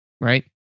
right